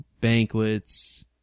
banquets